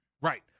Right